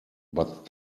but